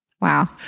Wow